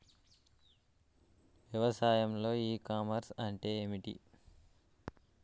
వ్యవసాయంలో e commerce అంటే ఏమిటి?